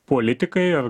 politikai ar